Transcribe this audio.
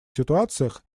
ситуациях